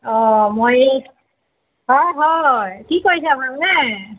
অঁ মই এই হয় হয় কি কৰিছে আপোনালোকে